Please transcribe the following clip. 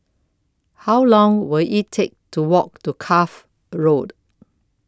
How Long Will IT Take to Walk to Cuff Road